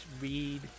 read